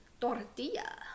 tortilla